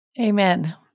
Amen